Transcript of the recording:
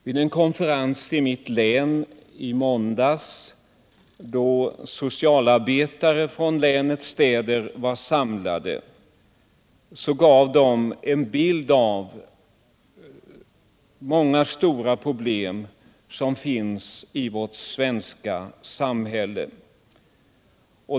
Vid en konferens i mitt län i måndags då socialarbetare från länets städer var samlade gav de en bild av många stora problem som finns i vårt svenska samhälle.